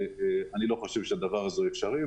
אני לא חושב שהדבר הזה הוא אפשרי,